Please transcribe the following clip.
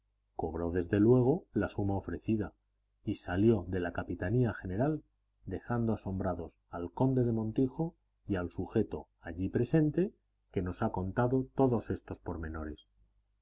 cobró desde luego la suma ofrecida y salió de la capitanía general dejando asombrados al conde del montijo y al sujeto allí presente que nos ha contado todos estos pormenores